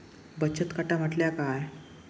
बचत खाता म्हटल्या काय?